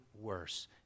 worse